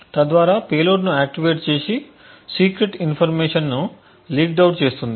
తద్వారా పేలోడ్ను ఆక్టివేట్ చేసి సీక్రెట్ ఇన్ఫర్మేషన్ను లీక్డ్ అవుట్ చేస్తుంది